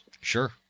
Sure